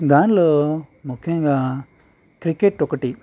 దానిలో ముఖ్యంగా క్రికెట్ ఒకటి